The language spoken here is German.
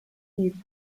die